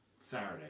Saturday